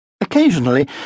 Occasionally